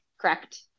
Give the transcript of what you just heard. Correct